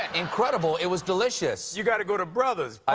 incredible. it was delicious. you've got to go to brothers.